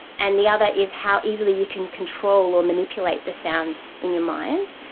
and the other is how easily you can control or manipulate the sounds in your mind.